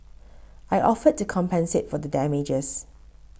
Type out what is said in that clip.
I offered to compensate for the damages